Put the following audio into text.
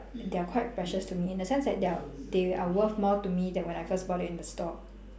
they are quite precious to me in a sense that they are they are worth more to me than when I first bought it at the store